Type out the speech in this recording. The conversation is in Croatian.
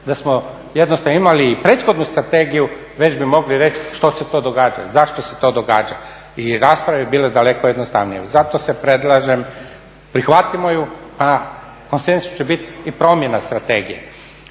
imali jednostavno imali i prethodnu strategiju već bi mogli reći što se to događa, zašto se to događa i rasprave bi bile daleko jednostavnije. Zato predlažem prihvatimo ju pa konsenzus će biti i promjena strategije.